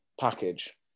package